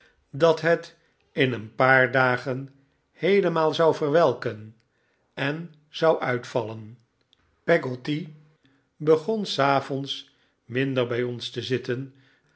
dat het in een paar dagen heelemaal zou verwelken en zou uitvallen peggotty begon s avonds minder bij ons te zitten